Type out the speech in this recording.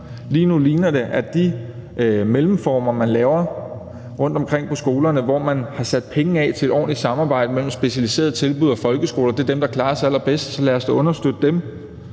Lige nu ser det ud, som om de mellemformer, man laver, rundtomkring på skolerne, hvor man har sat penge af til et ordentligt samarbejde mellem specialiserede tilbud og folkeskoler, er dem, der klarer sig allerbedst. Lad os dog understøtte dem.